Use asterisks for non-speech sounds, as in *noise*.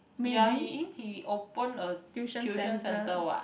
ya he *noise* he open a tuition centre what